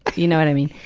you know what i mean?